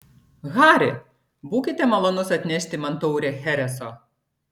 hari būkite malonus atnešti man taurę chereso